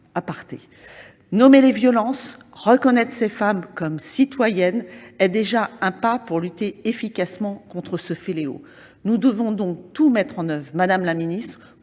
ligne ! Nommer les violences et reconnaître ces femmes comme citoyennes, c'est déjà un pas pour lutter efficacement contre ce fléau. Nous devons donc tout mettre en oeuvre pour mieux connaître